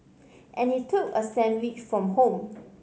and he took a sandwich from home